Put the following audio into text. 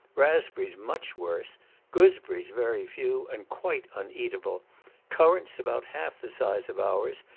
raspberries much worse gooseberries very few, and quite uneatable currants about half the size of ours,